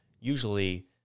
usually